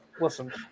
listen